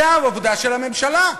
זו העבודה של הממשלה.